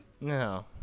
No